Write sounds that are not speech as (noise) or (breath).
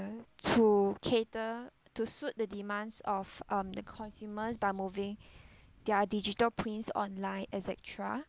to cater to suit the demands of um the consumers by moving (breath) their digital prints online et cetera